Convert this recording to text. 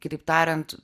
kitaip tariant